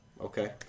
okay